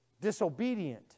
disobedient